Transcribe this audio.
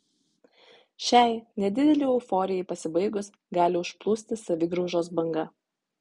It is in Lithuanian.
šiai nedidelei euforijai pasibaigus gali užplūsti savigraužos banga